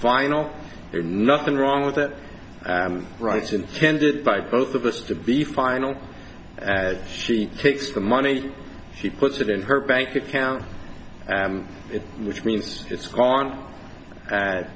final there's nothing wrong with that rights intended by both of us to be final as she takes the money she puts it in her bank account which means it's gone